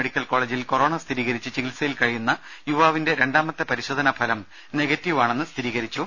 medical കോളേജിൽ corona സ്ഥിരീകരിച്ച് ചികിത്സയിൽ കഴിയുന്ന യുവാവിന്റെ രണ്ടാമത്തെ പരിശോധന ഫലം നെഗറ്റീവ് ആണെന്ന് സ്ഥിരീകരിച്ചു